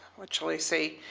what shall i say?